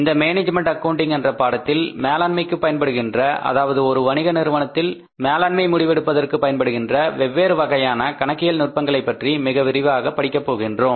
இந்த management accounting என்ற பாடத்தில் மேலாண்மைக்கு பயன்படுகின்ற அதாவது ஒரு வணிக நிறுவனத்தில் மேலாண்மை முடிவெடுப்பதற்கு பயன்படுகின்ற வெவ்வேறு வகையான கணக்கியல் நுட்பங்களைப் பற்றி மிக விரிவாக படிக்கப் போகிறோம்